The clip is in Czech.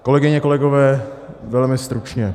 Kolegyně, kolegové, velmi stručně.